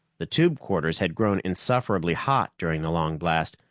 the tube quarters had grown insufferably hot during the long blast,